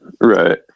right